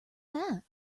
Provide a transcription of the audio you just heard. that